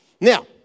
Now